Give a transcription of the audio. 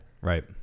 Right